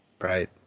Right